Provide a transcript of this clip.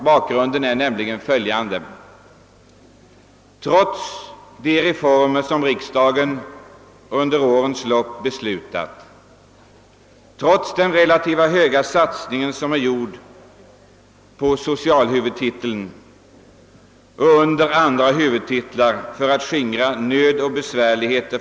Bakgrunden är följande: Trots de reformer som riksdagen under årens lopp beslutat, trots den relativt höga satsningen på socialhuvudtiteln och andra huvudtitlar för att skingra nöd och besvärligheter .